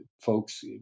Folks